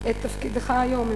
את תפקידך היום,